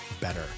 better